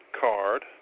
card